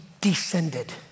descended